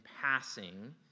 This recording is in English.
passing